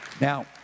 Now